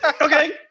Okay